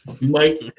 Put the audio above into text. Mike